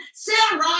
Sarah